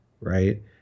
right